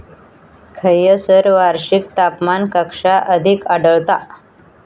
खैयसर वार्षिक तापमान कक्षा अधिक आढळता?